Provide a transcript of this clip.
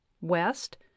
West